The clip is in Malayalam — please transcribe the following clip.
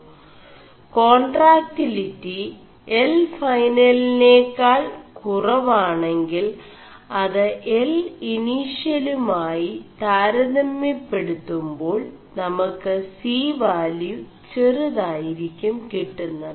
േകാൺ4ടാക്ിലിി L ൈഫനൽെനകാൾ കുറവാെണ ിൽ അത് L ഇനിഷçലുമായി L initial താരതമçെçടുøിെപടുøുേ2ാൾ നമു ് സി വാലçø െചറുതായിരി ും കിƒgMത്